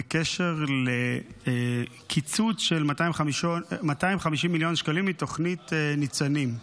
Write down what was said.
בקשר לקיצוץ של 250 מיליון שקלים מתוכנית ניצנים.